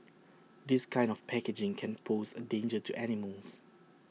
this kind of packaging can pose A danger to animals